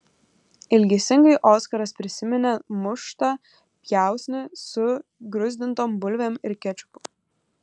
ilgesingai oskaras prisiminė muštą pjausnį su gruzdintom bulvėm ir kečupu